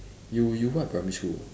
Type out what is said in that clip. you you what primary school